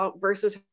versus